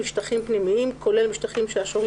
"משטחים פנימיים" כולל משטחים שהשוהים